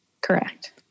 Correct